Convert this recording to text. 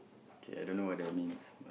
kay I don't know whether it means